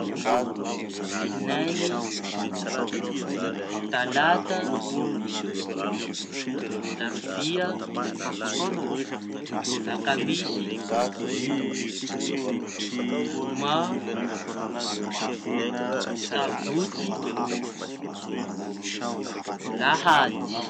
Latsiñaiñy, talata, larobia, lakamisy, zoma, sabotsy, lahady.